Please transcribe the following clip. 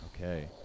Okay